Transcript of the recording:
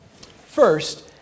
First